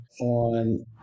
on